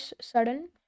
sudden